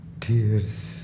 Tears